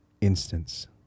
instance